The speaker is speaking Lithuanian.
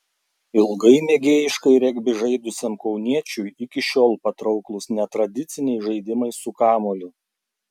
ilgai mėgėjiškai regbį žaidusiam kauniečiui iki šiol patrauklūs netradiciniai žaidimai su kamuoliu